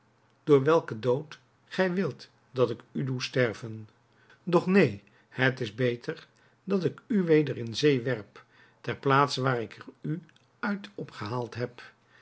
door welken dood gij wilt dat ik u doe sterven doch neen het is beter dat ik u weder in zee werp ter plaatse waar ik er u uit opgehaald heb